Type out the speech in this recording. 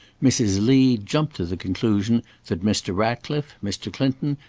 mrs. lee jumped to the conclusion that mr. ratcliffe, mr. clinton,